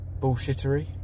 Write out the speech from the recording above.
bullshittery